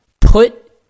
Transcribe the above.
Put